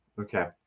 okay